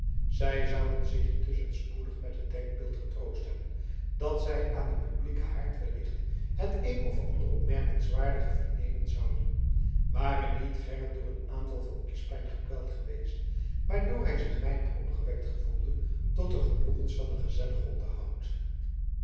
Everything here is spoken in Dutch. zij zouden zich intusschen spoedig met het denkbeeld getroost hebben dat zij aan den publieken haard wellicht het een of ander opmerkenswaardigs vernemen zouden ware niet gerrit door een aanval van kiespijn geplaagd geweest waardoor hij zich weinig opgewekt gevoelde tot de genoegens van een gezellig onderhoud